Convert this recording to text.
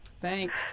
Thanks